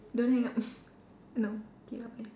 don't hang up no okay lah bye